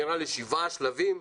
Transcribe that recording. נראה לי שבעה שלבים,